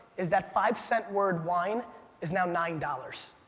is that five cent word wine is now nine dollars.